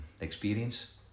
experience